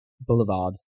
boulevard